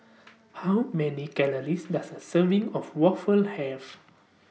How Many Calories Does A Serving of Waffle Have